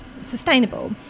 sustainable